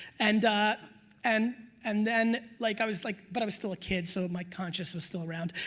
and and and then like i was like. but i was still a kid so my conscience was still around,